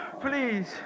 Please